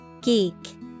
Geek